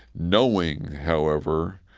knowing, however,